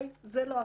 זה לא הפתרון.